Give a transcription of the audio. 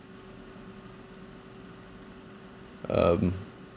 um